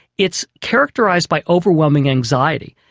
it's characterised by overwhelming anxiety.